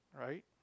right